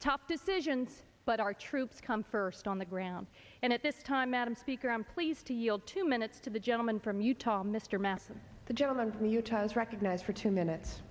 tough decisions but our troops come first on the ground and at this time madam speaker i'm pleased to yield two minutes to the gentleman from utah mr mathis the gentleman from utah is recognized for two minutes